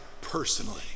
personally